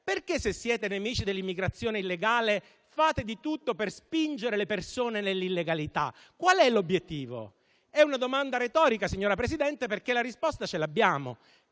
Perché, se siete nemici dell'immigrazione illegale, fate di tutto per spingere le persone nell'illegalità? Qual è l'obiettivo? È una domanda retorica, signora Presidente, perché la risposta ce l'abbiamo: